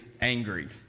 angry